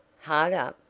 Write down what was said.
hard up!